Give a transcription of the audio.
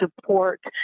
support